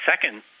Second